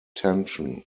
tension